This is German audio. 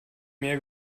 mehr